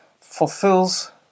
fulfills